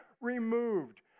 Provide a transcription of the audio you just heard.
removed